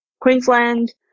Queensland